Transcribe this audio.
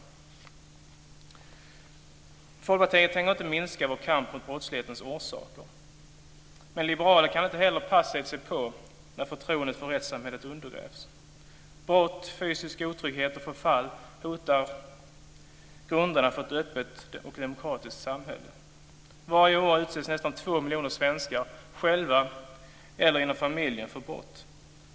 Vi i Folkpartiet tänker inte minska vår kamp mot brottslighetens orsaker. Liberaler kan heller inte passivt se på när förtroendet för rättssamhället undergrävs. Brott, fysisk otrygghet och förfall hotar grunderna för ett öppet och demokratiskt samhälle. Varje år utsätts nästan 2 miljoner svenskar, själva eller inom familjen, för brott.